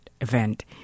event